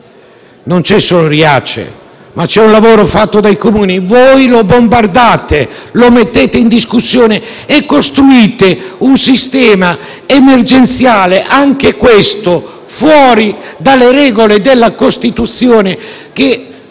Non c'è solo Riace, ma c'è anche un lavoro fatto dai Comuni. Voi lo bombardate, lo mettete in discussione e costruite un sistema emergenziale, anche questo fuori dalle regole della Costituzione, che fa